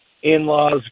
in-laws